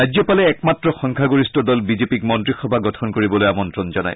ৰাজ্যপালে একমাত্ৰ সংখ্যাগৰিষ্ঠ দল বিজেপিক মন্ত্ৰীসভা গঠন কৰিবলৈ আমন্তণ জনায়